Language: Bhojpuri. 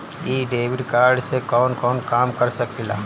इ डेबिट कार्ड से कवन कवन काम कर सकिला?